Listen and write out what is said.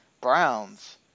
Browns